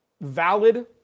valid